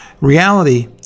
reality